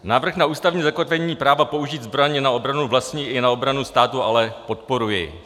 Návrh na ústavní zakotvení práva použít zbraň na obranu vlastní i na obranu státu ale podporuji.